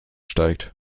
steigt